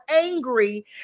angry